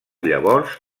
llavors